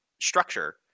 structure